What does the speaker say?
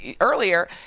earlier